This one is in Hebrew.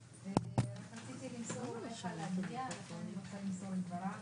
אנחנו נפגשים בנושא הזה גם עם ארגוני הנכים,